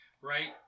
right